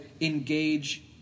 engage